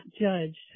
judged